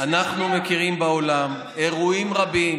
אנחנו מכירים בעולם אירועים רבים,